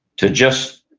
to just